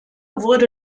wurde